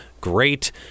great